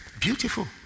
Beautiful